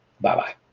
Bye-bye